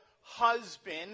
husband